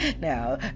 Now